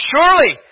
Surely